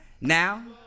Now